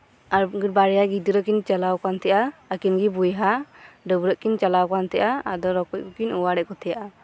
ᱟᱨ ᱵᱟᱨᱭᱟ ᱜᱤᱫᱽᱨᱟᱹᱠᱤᱱ ᱪᱟᱞᱟᱣ ᱟᱠᱟᱱ ᱛᱟᱸᱦᱮᱫ ᱟ ᱟᱹᱠᱤᱱ ᱜᱮ ᱵᱚᱭᱦᱟ ᱰᱟᱹᱵᱨᱟᱹᱜ ᱠᱤᱱ ᱪᱟᱞᱟᱣ ᱟᱠᱟᱱ ᱛᱟᱸᱦᱮᱫ ᱟ ᱟᱫᱚ ᱨᱚᱠᱚᱡ ᱠᱤᱱ ᱚᱣᱟᱨᱮᱫ ᱠᱩ ᱛᱮᱦᱮᱸᱫ ᱟ